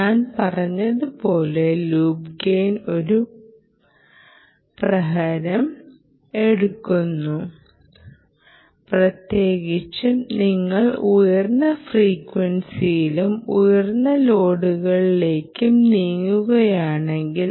ഞാൻ പറഞ്ഞതുപോലെ loop gain ഒരു പ്രഹരം എടുക്കുന്നു പ്രത്യേകിച്ചും നിങ്ങൾ ഉയർന്ന ഫ്രീക്വൻസിയിലും ഉയർന്ന ലോഡുകളിലേക്കും നീങ്ങുകയാണെങ്കിൽ